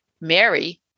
Mary